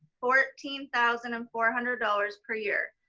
fourteen thousand um four hundred dollars per year,